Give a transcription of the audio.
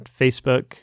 Facebook